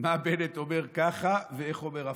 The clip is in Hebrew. מה בנט אומר ככה ואיך הוא אומר הפוך.